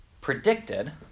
predicted